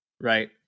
right